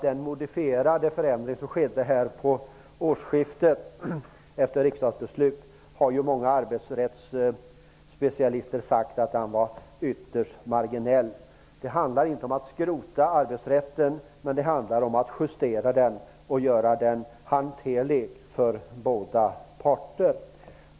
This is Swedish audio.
Den modifierade förändring som skedde vid årsskiftet efter ett riksdagsbeslut har många arbetsrättsspecialister sagt var ytterst marginell. Det handlar inte om att skrota arbetsrätten utan om att justera den och göra den hanterlig för båda parter.